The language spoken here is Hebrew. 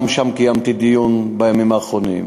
גם על המקום הזה קיימתי דיון בימים האחרונים.